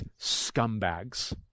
scumbags